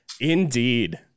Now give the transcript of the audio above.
Indeed